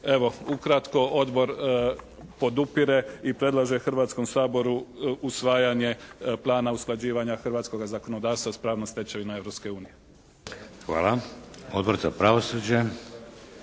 Evo, ukratko Odbor podupire i predlaže Hrvatskom saboru usvajanje Plana usklađivanja hrvatskoga zakonodavstva s pravnom stečevinom Europske